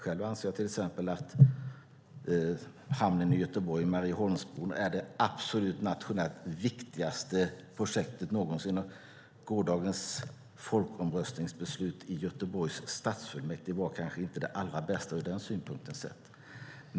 Själv anser jag till exempel att hamnen i Göteborg och Marieholmsbron absolut är det nationellt viktigaste projektet någonsin. Gårdagens folkomröstningsbeslut i Göteborgs stadsfullmäktige var kanske inte det allra bästa ur den synpunkten sett.